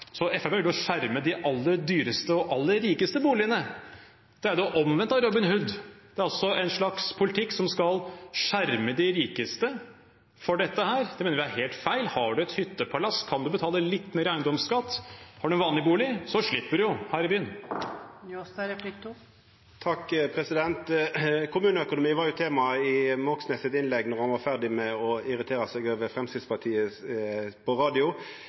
skjerme de aller rikeste, som har de aller dyreste boligene. Det er det omvendte av Robin Hood. Det er en slags politikk som skal skjerme de rikeste mot dette. Det mener vi er helt feil. Har man et hyttepalass, kan man betale litt mer eiendomsskatt. Har man en vanlig bolig, slipper man – her i byen. Kommuneøkonomi var eit tema i Moxnes sitt innlegg då han var ferdig med å irritera seg over Framstegspartiet på radio.